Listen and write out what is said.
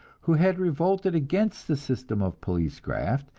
who had revolted against the system of police graft,